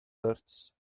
roberts